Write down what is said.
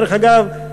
דרך אגב,